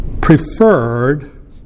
preferred